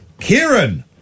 Kieran